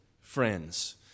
friends